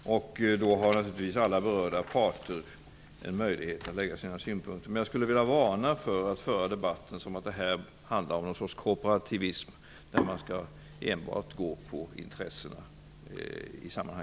Då har naturligtvis alla berörda parter möjlighet att anlägga sina synpunkter. Men jag skulle vilja varna för att föra debatten som om det handlade om något slags korporativism, där man enbart skall gå efter intressena.